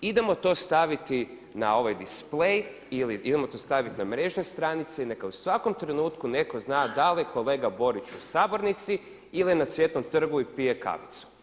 Idemo to staviti na ovaj displej, ili idemo to staviti na mrežne stranice i neka u svakom trenutku neko zna da li je kolega Borić u sabornici ili je na Cvjetnom trgu i pije kavicu.